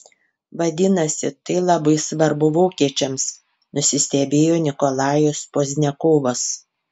vadinasi tai labai svarbu vokiečiams nusistebėjo nikolajus pozdniakovas